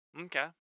Okay